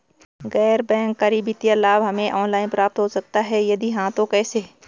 गैर बैंक करी वित्तीय लाभ हमें ऑनलाइन प्राप्त हो सकता है यदि हाँ तो कैसे?